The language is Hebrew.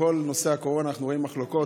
בכל נושא הקורונה אנחנו רואים מחלוקות.